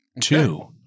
two